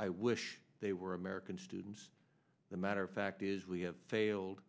i wish they were american students the matter of fact is we have failed